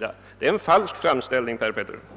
gör? Det är en falsk framställning, herr Petersson i Gäddvik.